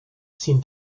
sin